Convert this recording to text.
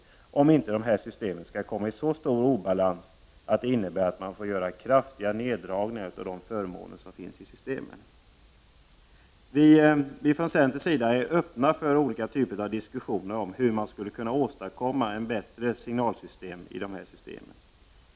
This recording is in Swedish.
Detta blir nödvändigt för att inte systemen skall komma i så stor obalans att man måste göra kraftiga neddragningar av de förmåner som finns i systemen. Från centerns sida är vi öppna för olika typer av diskussion kring hur man skulle kunna åstadkomma ett bättre signalsystem på detta område.